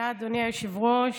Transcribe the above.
אז לפחות,